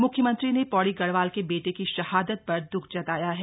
मुख्यमंत्री ने पौड़ी गढ़वाल के बेटे की शहादत पर द्ख जताया है